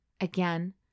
again